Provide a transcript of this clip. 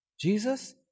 Jesus